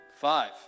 five